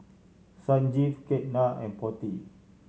Sanjeev Ketna and Potti